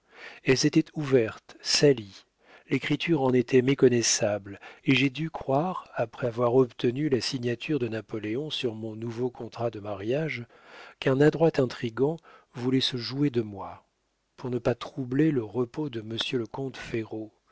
elles étaient ouvertes salies l'écriture en était méconnaissable et j'ai dû croire après avoir obtenu la signature de napoléon sur mon nouveau contrat de mariage qu'un adroit intrigant voulait se jouer de moi pour ne pas troubler le repos de monsieur le comte ferraud